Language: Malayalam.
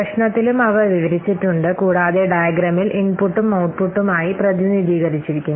പ്രശ്നത്തിലും അവ വിവരിച്ചിട്ടുണ്ട് കൂടാതെ ഡയഗ്രാമിൽ ഇൻപുട്ടും ഔട്ട്പുട്ടും ആയി പ്രതിനിധീകരിച്ചിരിക്കുന്നു